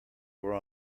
were